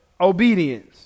obedience